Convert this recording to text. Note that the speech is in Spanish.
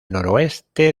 noroeste